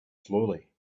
slowly